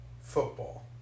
Football